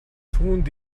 түүнд